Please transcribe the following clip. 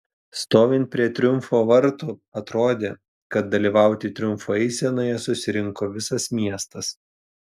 stovint prie triumfo vartų atrodė kad dalyvauti triumfo eisenoje susirinko visas miestas